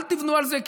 אל תבנו על זה,